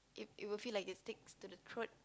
it it would feel like it sticks to the throat